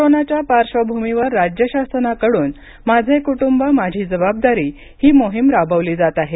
कोरोनाच्या पार्श्वभूमीवर राज्य शासनाकडून माझे कुटुंब माझी जबाबदारी ही मोहिम राबवली जात आहे